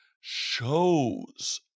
shows